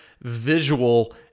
visual